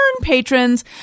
patrons